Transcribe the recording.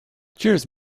cheers